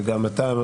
וגם אתה,